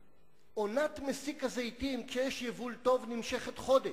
עונת מסיק הזיתים, כשיש יבול טוב, נמשכת חודש,